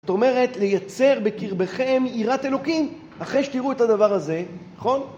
זאת אומרת לייצר בקרבכם עירת אלוקים, אחרי שתראו את הדבר הזה, נכון?